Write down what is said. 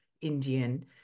Indian